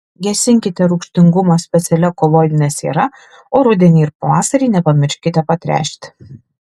gesinkite rūgštingumą specialia koloidine siera o rudenį ir pavasarį nepamirškite patręšti